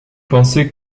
penser